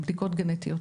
"בדיקות גנטיות",